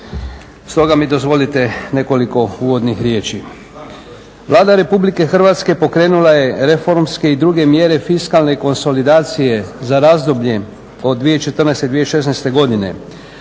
Stoga mi dozvolite nekoliko uvodnih riječi. Vlada Republike Hrvatske pokrenula je reformske i druge mjere fiskalne konsolidacije za razdoblje od 2014./2016. godine